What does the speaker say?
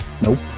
nope